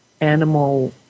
animal